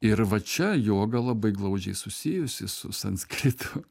ir va čia joga labai glaudžiai susijusi su sanskritu